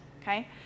okay